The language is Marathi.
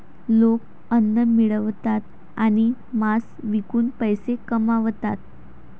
लोक अन्न मिळवतात आणि मांस विकून पैसे कमवतात